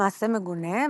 מעשה מגונה,